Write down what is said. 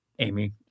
Amy